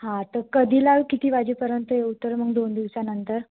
हां तर कधीला किती वाजेपर्यंत येऊ तर मग दोन दिवसानंतर